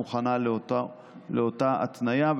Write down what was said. מוכנה לאותה התניה,